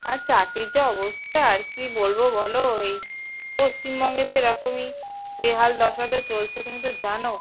আর চাকরির যা অবস্থা আর কী বলবো বলো তো এই পশ্চিমবঙ্গে তো এরকমই বেহাল দশাতে চলছে তুমি তো জানো